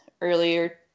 earlier